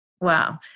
Wow